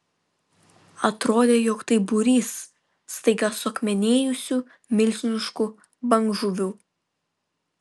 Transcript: atrodė jog tai būrys staiga suakmenėjusių milžiniškų bangžuvių